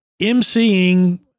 emceeing